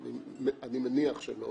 אני מניח שלא